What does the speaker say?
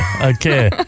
Okay